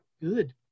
good